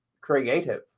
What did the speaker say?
Creative